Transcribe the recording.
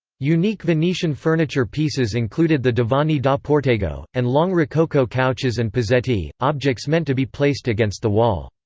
unique venetian furniture pieces included the divani da portego, and long rococo couches and pozzetti, objects meant to be placed against the wall.